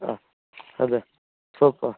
ಹಾಂ ಅದೇ ಸ್ವಲ್ಪ